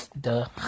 Duh